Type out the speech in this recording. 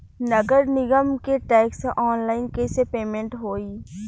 नगर निगम के टैक्स ऑनलाइन कईसे पेमेंट होई?